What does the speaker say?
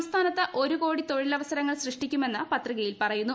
സംസ്ഥാനത്ത് ഒരു കോടി തൊഴിലവസരങ്ങൾ സൃഷ്ടിക്കുമെന്ന് പത്രികയിൽ പറയുന്നു